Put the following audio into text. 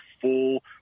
full